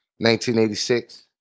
1986